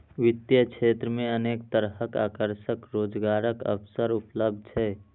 वित्तीय क्षेत्र मे अनेक तरहक आकर्षक रोजगारक अवसर उपलब्ध छै